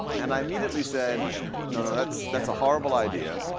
and i immediately said no, no, that's that's a horrible idea.